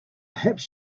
perhaps